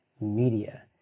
media